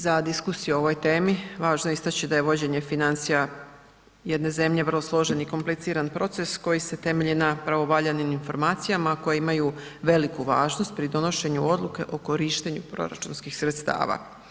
Za diskusiju o ovoj temi važno je istaći da je vođenje financija jedne zemlje vrlo ložen i kompliciran proces koji se temelji na pravovaljanim informacijama a koje imaju veliku važnost pri donošenju odluke o korištenju proračunskih sredstava.